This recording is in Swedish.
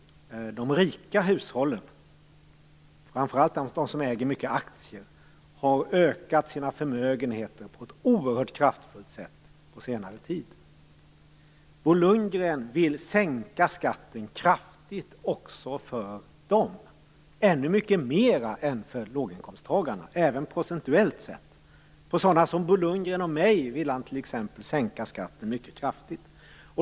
De rika hushållen, framför allt de som äger mycket aktier, har ökat sina förmögenheter på ett oerhört kraftfullt sätt på senare tid. Bo Lundgren vill sänka skatten kraftigt också för dem, ännu mycket mera än för låginkomsttagarna också procentuellt sett. För sådana som Bo Lundgren och mig själv vill han t.ex. sänka skatten kraftigt.